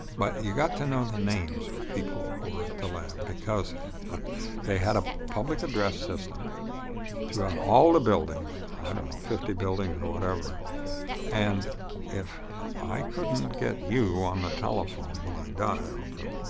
but you got to know the names of people who were at the lab, because they had a public address system throughout all the buildings i don't know, fifty buildings or whatever and if i couldn't get you on the telephone when i dialed,